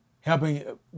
helping